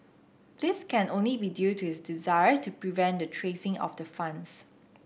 this can only be due to his desire to prevent the tracing of the funds